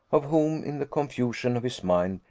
of whom, in the confusion of his mind,